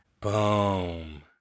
Boom